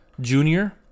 Junior